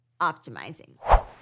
optimizing